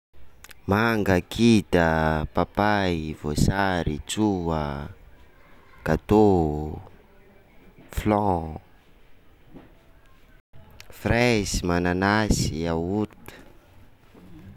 Manga, kida, papay, voasary, tsoha, gateau, flan, frezy, mananasy, yaourt.